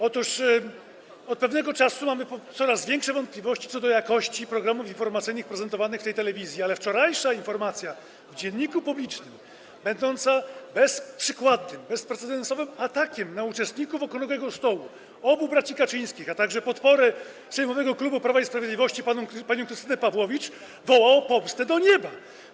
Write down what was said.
Otóż od pewnego czasu mamy coraz większe wątpliwości co do jakości programów informacyjnych prezentowanych w tej telewizji, ale wczorajsza informacja w dzienniku publicznym, będąca bezprzykładnym, bezprecedensowym atakiem na uczestników okrągłego stołu, obu braci Kaczyńskich, a także podporę sejmowego klubu Prawa i Sprawiedliwości panią Krystynę Pawłowicz, woła o pomstę do nieba.